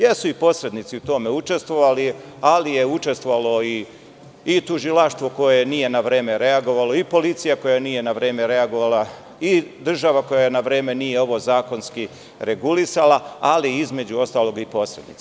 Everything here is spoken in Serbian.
Jesu i posrednici u tome učestvovali, ali je učestvovalo i tužilaštvo koje nije na vreme reagovalo, i policija koja nije na vreme reagovala, i država koja na vreme nije ovo zakonski regulisala, ali između ostalog i posrednici.